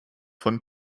von